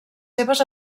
seves